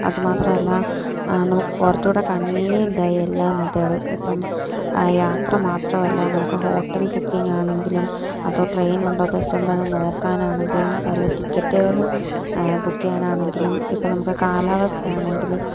അത് മാത്രമല്ല നമുക്ക് കുറച്ചുകൂടി കൺവീനിയൻ്റായി എല്ലാ മെത്തേഡും ഇപ്പം യാത്ര മാത്രമല്ല നമുക്ക് ഹോട്ടൽ ബുക്കിങ്ങാണെങ്കിലും അതോ ട്രെയിനുണ്ടോ ബസ്സുണ്ടോയെന്ന് നോക്കാനാണെങ്കിലും പല ടിക്കറ്റുകൾ ബുക്ക് ചെയ്യാനാണെങ്കിലും ഇപ്പം നമുക്ക് കാലാവസ്ഥയാണെങ്കിലും